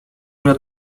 mnie